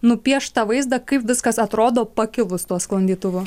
nupiešt tą vaizdą kaip viskas atrodo pakilus tuo sklandytuvu